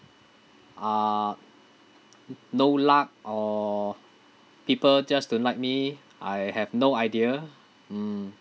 uh no luck or people just don't like me I have no idea mm